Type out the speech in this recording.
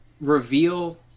reveal